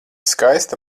skaista